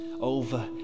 over